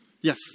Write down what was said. Yes